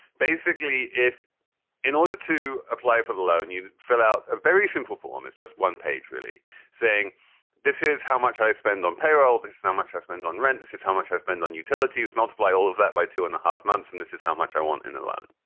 basically, if in order to apply for the loan, you fill out a very simple form is just one page really saying this is how much i spend on payroll is so much i spend on rent. this is how much i spend on utilities. multiply all of that by two and a half months and this is how much i want in the loan